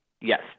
Yes